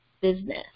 business